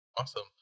awesome